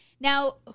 Now